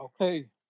okay